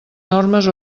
normes